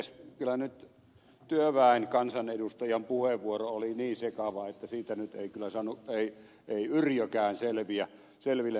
kyllä nyt työväen kansanedustajan puheenvuoro oli niin sekava että siitä ei saanut yrjökään selville mitään